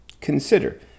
consider